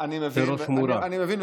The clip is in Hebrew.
אני מבין,